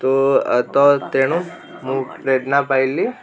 ତୋ ତ ତେଣୁ ମୁଁ ପ୍ରେରଣା ପାଇଲି